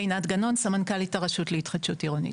עינת גנון, סמנכ"לית הרשות להתחדשות עירונית.